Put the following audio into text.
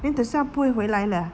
then 等下不会回来 leh